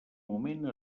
moment